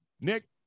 Nick